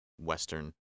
western